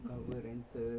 that's long